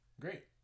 Great